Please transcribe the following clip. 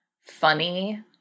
funny